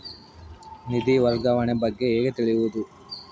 ನಿಧಿ ವರ್ಗಾವಣೆ ಬಗ್ಗೆ ಹೇಗೆ ತಿಳಿಯುವುದು?